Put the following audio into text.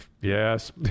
yes